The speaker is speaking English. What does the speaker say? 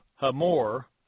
Hamor